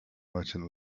merchant